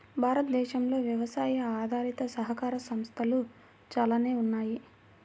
భారతదేశంలో వ్యవసాయ ఆధారిత సహకార సంస్థలు చాలానే ఉన్నాయి